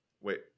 wait